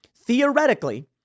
Theoretically